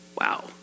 Wow